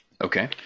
okay